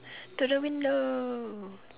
to the window